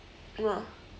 ya